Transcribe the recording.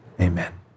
Amen